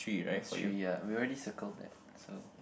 mine's three ya we already circled that so